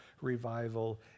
revival